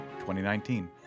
2019